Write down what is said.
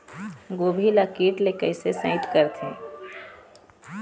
गोभी ल कीट ले कैसे सइत करथे?